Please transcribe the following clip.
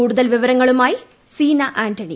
കൂടുതൽ വിവരങ്ങളുമായി സീന ആന്റണി